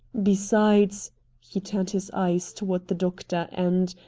besides he turned his eyes toward the doctor and,